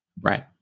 Right